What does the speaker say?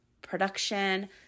production